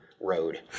road